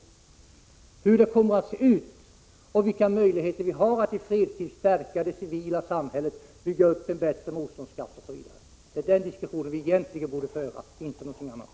Hur totalförsvaret kommer att se ut och vilka möjligheter vi har att i fredstid stärka det civila samhället, bygga upp en bättre motståndskraft osv. , det är den diskussionen vi egentligen borde föra, inte någonting annat.